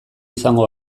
izango